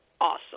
Awesome